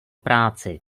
práci